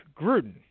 Gruden